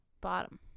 bottom